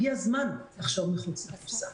הגיע הזמן לחשוב מחוץ לקופסה.